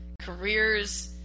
careers